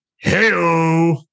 Hello